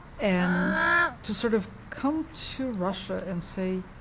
and to sort of come to russia and say,